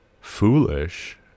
foolish